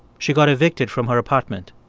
she got evicted from her apartment.